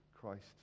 Christ